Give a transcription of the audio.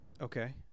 Okay